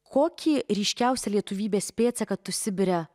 kokį ryškiausią lietuvybės pėdsaką tu sibire